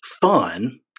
fun